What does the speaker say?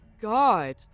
god